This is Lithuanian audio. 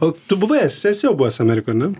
o tu buvai esi esi jau buvęs amerikoj ane